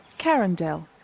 karen dell.